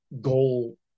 goal